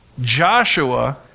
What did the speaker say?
Joshua